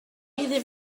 ddim